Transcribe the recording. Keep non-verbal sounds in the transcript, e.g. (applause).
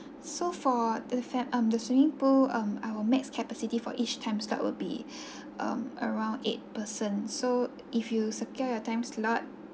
so for the fa~ um the swimming pool um our max capacity for each time slot will be (breath) um around eight person so if you secure your time slot